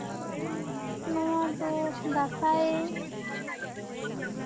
ᱱᱚᱣᱟ ᱫᱚ ᱫᱟᱸᱥᱟᱭ